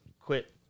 quit